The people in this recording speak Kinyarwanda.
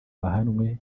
bahanwe